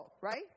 right